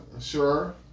Sure